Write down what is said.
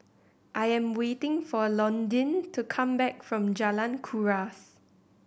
I am waiting for Londyn to come back from Jalan Kuras